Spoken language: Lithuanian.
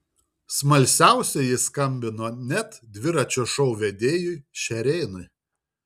smalsiausieji skambino net dviračio šou vedėjui šerėnui